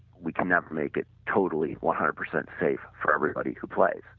we cannot make it totally one hundred percent safe for everybody who plays.